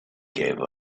gave